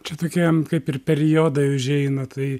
čia tokie kaip ir periodai užeina tai